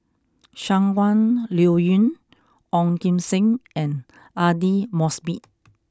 Shangguan Liuyun Ong Kim Seng and Aidli Mosbit